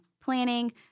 planning